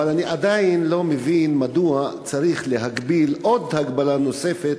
אבל אני עדיין לא מבין מדוע צריך להגביל הגבלה נוספת,